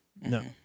No